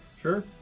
Sure